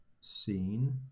seen